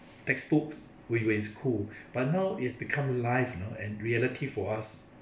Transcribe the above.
textbooks when you were in school but now it's become live you know and reality for us